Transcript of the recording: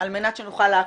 על מנת שנוכל לעקוב.